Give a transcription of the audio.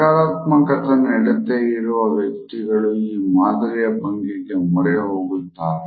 ಸಕಾರಾತ್ಮಕ ನಡತೆ ಇರುವ ವ್ಯಕ್ತಿಗಳು ಈ ಮಾದರಿಯ ಭಂಗಿಗೆ ಮೊರೆ ಹೋಗುತ್ತಾರೆ